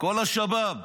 כל השבאב.